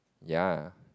ya